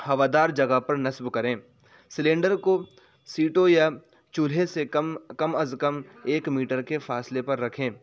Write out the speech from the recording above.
ہوا دار جگہ پر نصب کریں سلنڈر کو سیٹوں یا چولہے سے کم کم از کم ایک میٹر کے فاصلے پر رکھیں